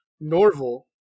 Norval